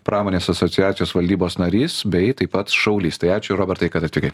pramonės asociacijos valdybos narys bei taip pat šaulys tai ačiū robertai kad atvykai